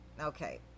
Okay